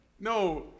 No